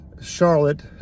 Charlotte